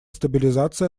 стабилизации